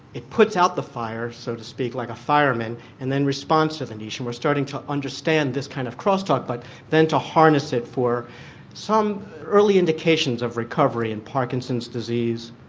it puts out the fire, so as to speak, like a fireman and then responds to the niche and we're starting to understand this kind of cross talk, but then to harness it for some early indications of recovery in parkinson's disease,